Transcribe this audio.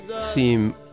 seem